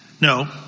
No